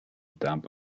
dump